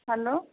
hello